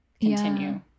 continue